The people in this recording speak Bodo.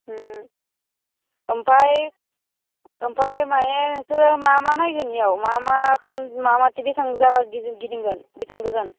आमफाय आमफाय माहाय नोंसोरो मा मा नायगोन बेयाव मा माखौ मा माथिं बेसेबां जागा गिदिंगोन बेसेबां गोजान